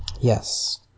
Yes